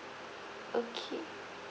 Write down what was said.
okay